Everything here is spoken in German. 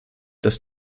dass